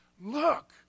look